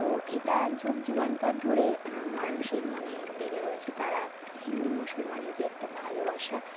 তো এটা যুগ যুগান্তর ধরে মানুষের মনে লেগে রয়েছে তারা হিন্দু মসুলমানের যে একটা ভালোবাসা